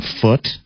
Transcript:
foot